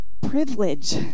privilege